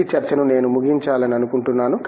ఈ చర్చను నేను ముగించాలని అనుకుంటున్నాను